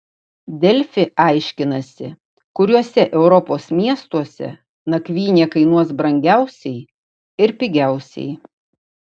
delfi aiškinasi kuriuose europos miestuose nakvynė kainuos brangiausiai ir pigiausiai